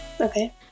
Okay